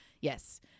Yes